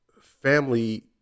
family